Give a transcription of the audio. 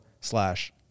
slash